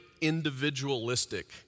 individualistic